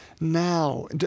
Now